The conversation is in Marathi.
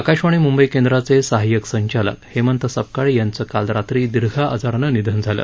आकाशवाणी मुंबई केंद्राचे सहाय्यक संचालक हेमंत सपकाळे याचं काल रात्री दिर्घ आजारानं निधन झालं